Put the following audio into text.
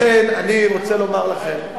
לכן אני רוצה לומר לכם,